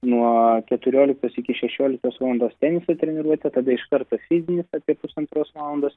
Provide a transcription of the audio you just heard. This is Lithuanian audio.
nuo keturioliktos iki šešioliktos valandos teniso treniruotė tada iš karto fizinis apie pusantros valandos